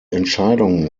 entscheidung